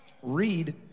Read